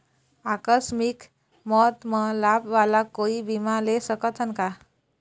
आकस मिक मौत म लाभ वाला कोई बीमा ले सकथन का?